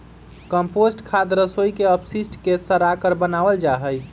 compost खाद रसोई के अपशिष्ट के सड़ाकर बनावल जा हई